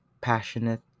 passionate